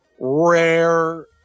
rare